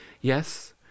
yes